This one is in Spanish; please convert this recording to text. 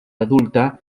adulta